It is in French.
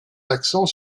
l’accent